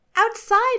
Outside